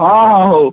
ହଁ ହଁ ହଉ